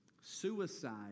suicide